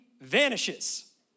vanishes